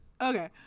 Okay